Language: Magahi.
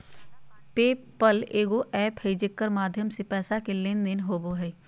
पे पल एगो एप्प है जेकर माध्यम से पैसा के लेन देन होवो हय